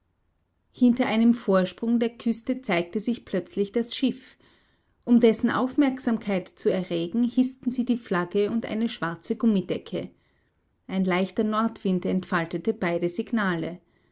hinter einem vorsprung der küste zeigte sich plötzlich das schiff um dessen aufmerksamkeit zu erregen hißten sie die flagge und eine schwarze gummidecke ein leichter nordwind entfaltete beide signale